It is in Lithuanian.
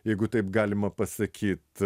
jeigu taip galima pasakyt